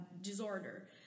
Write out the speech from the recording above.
disorder